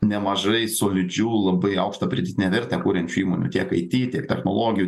nemažai solidžių labai aukštą pridėtinę vertę kuriančių įmonių tiek it tiek technologijų